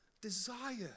Desire